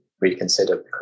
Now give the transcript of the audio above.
reconsider